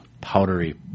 powdery